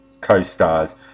co-stars